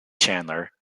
chandler